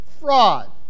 fraud